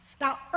Now